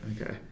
Okay